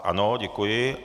Ano, děkuji.